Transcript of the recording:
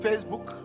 Facebook